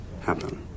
happen